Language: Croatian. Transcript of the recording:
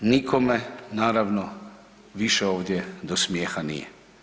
Nikome naravno više ovdje do smijeha nije.